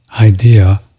idea